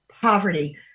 poverty